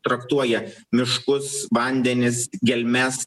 traktuoja miškus vandenis gelmes